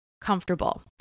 comfortable